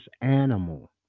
animal